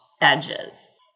edges